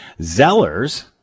Zellers